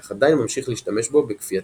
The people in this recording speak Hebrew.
אך עדיין ממשיך להשתמש בו בכפייתיות.